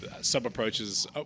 sub-approaches